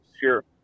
Sure